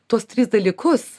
tuos tris dalykus